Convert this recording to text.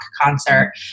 concert